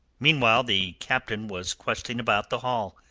meanwhile, the captain was questing about the hall,